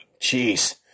Jeez